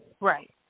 Right